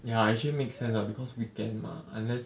ya actually make sense lah because weekend mah unless